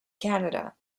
canada